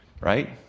right